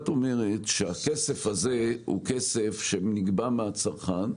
את אומרת שהכסף הזה נגבה מהצרכן,